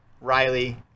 Riley